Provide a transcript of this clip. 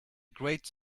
great